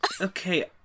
okay